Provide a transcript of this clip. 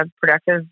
productive